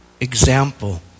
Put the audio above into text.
example